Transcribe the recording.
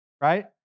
right